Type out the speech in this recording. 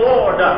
Lord